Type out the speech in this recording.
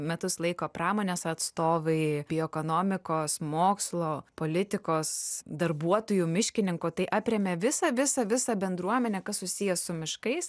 metus laiko pramonės atstovai bio ekonomikos mokslo politikos darbuotojų miškininkų tai aprėmė visą visą visą bendruomenę kas susiję su miškais